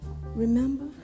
Remember